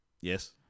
Yes